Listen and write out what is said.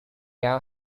yao